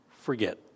forget